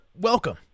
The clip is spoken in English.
welcome